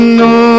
no